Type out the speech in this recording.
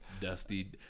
Dusty